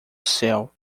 céu